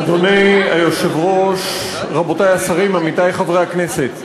אדוני היושב-ראש, רבותי השרים, עמיתי חברי הכנסת,